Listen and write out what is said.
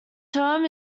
term